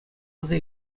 аса